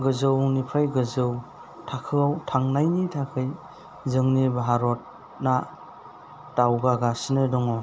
गोजौनिफ्राइ गोजौ थाखोआव थांनायनि थाखाय जोंनि भारत ना दावगागासिनो दङ